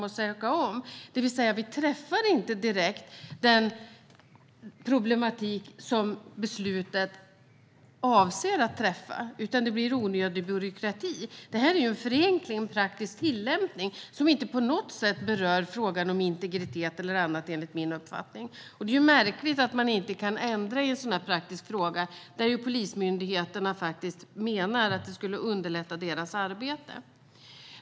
Vi träffar alltså inte direkt den problematik som beslutet avser att träffa, utan det blir onödig byråkrati. Förslaget innebär en förenkling och en praktisk tillämpning som enligt min uppfattning inte på något sätt berör frågan om integritet. Det är märkligt att man inte kan ändra i en sådan här praktisk fråga, där polismyndigheterna menar att det skulle underlätta deras arbete.